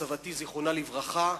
סבתי זיכרונה לברכה,